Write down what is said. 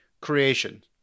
creation